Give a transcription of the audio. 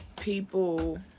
people